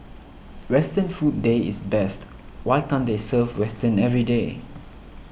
Western Food Day is best why can't they serve western everyday